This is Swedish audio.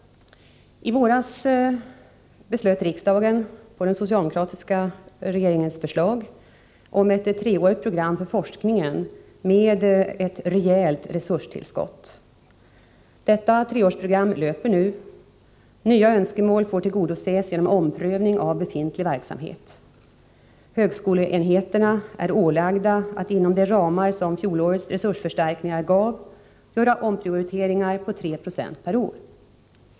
I våras beslöt riksdagen på den socialdemokratiska regeringens förslag om ett treårigt program för forskningen med ett rejält resurstillskott. Detta treårsprogram löper nu. Nya önskemål får tillgodoses genom omprövning av befintlig verksamhet. Högskoleenheterna är ålagda att inom de nya ramar som fjolårets resursförstärkning gav göra omprioriteringar på 3 Jo per år.